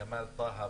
כמאל טאהא,